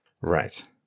right